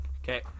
Okay